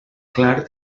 clar